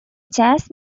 jazz